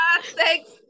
Thanks